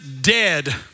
dead